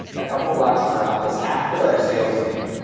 a couple of blocks from our office after our sales meeting.